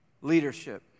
leadership